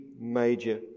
major